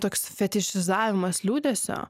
toks fetišizavimas liūdesio